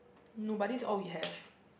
no but this all we have